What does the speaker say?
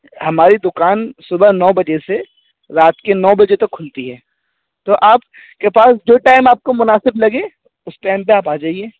ہماری دکان صبح نو بجے سے رات کے نو بجے تک کھلتی ہے تو آپ کے پاس جو ٹائم آپ کو مناسب لگے اس ٹائم پہ آپ آ جائیے